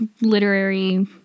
literary